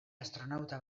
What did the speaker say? astronauta